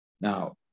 now